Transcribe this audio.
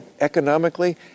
economically